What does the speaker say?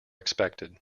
expected